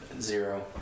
Zero